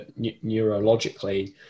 neurologically